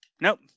nope